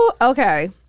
Okay